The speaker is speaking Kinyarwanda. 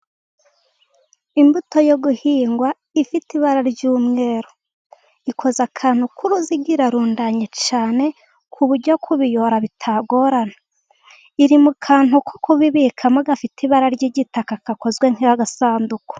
Imbuto yo guhingwa ifite ibara ry'umweru ikoze akantu k'uruziga irarundanye cyane ku buryo kubiyora bitagorana, iri mu kantu ko kubibikamo gafite ibara ry'igitaka gakozwe nk'agasanduku.